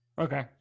Okay